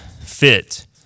fit